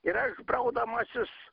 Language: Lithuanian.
ir aš braudamasis